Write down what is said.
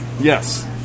Yes